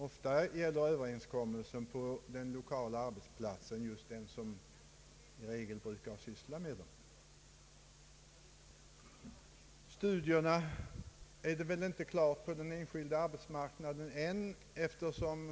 Ofta gäller överenskommelsen på den lokala arbetsplatsen just den som brukar syssla med detta. Ledighet för studier är det väl inte klart med på den enskilda arbetsmarknaden än.